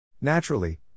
Naturally